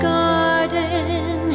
garden